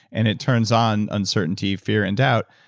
and it turns on uncertainty, fear and doubt,